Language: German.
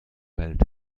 welt